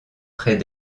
près